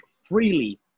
freely